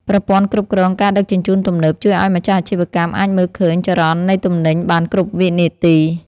ប្រព័ន្ធគ្រប់គ្រងការដឹកជញ្ជូនទំនើបជួយឱ្យម្ចាស់អាជីវកម្មអាចមើលឃើញចរន្តនៃទំនិញបានគ្រប់វិនាទី។